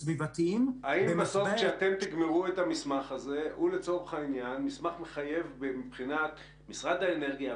והסביבתיים --- האם זה יהיה מסמך מחייב מבחינת משרד האנרגיה,